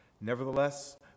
Nevertheless